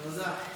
תודה.